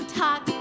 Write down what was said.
talk